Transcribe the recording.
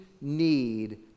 need